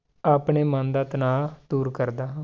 ਆਪਣੇ ਮਨ ਦਾ ਤਣਾਅ ਦੂਰ ਕਰਦਾ ਹਾਂ